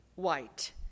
White